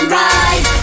ride